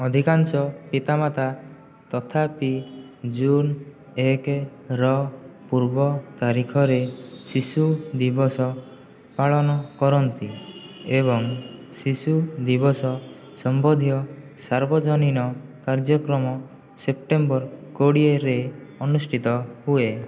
ଅଧିକାଂଶ ପିତାମାତା ତଥାପି ଜୁନ ଏକର ପୂର୍ବ ତାରିଖରେ ଶିଶୁ ଦିବସ ପାଳନ କରନ୍ତି ଏବଂ ଶିଶୁ ଦିବସ ସମ୍ବନ୍ଧୀୟ ସାର୍ବଜନୀନ କାର୍ଯ୍ୟକ୍ରମ ସେପ୍ଟେମ୍ବର କୋଡ଼ିଏରେ ଅନୁଷ୍ଠିତ ହୁଏ